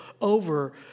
over